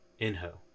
Inho